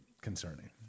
concerning